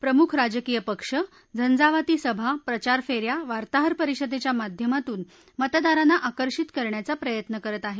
प्रमुख राजकीय पक्ष झंजावाती सभा प्रचारफेऱ्या वार्ताहर परिषदेच्या माध्यमातून मतदारांना आकर्षित करण्याचा प्रयत्न करत आहेत